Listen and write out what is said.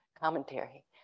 commentary